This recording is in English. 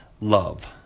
love